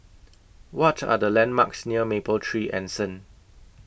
What Are The landmarks near Mapletree Anson